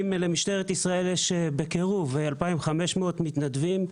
אם למשטרת ישראל יש בקירוב 2,500 מתנדבים,